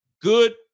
Good